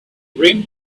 rim